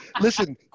Listen